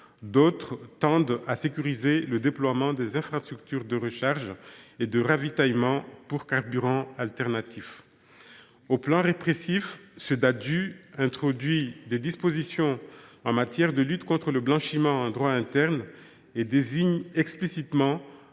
dispositions tendent à sécuriser le déploiement des infrastructures de recharge et de ravitaillement pour carburants alternatifs. Sur le plan répressif, le texte introduit des dispositions en matière de lutte contre le blanchiment en droit interne et désigne explicitement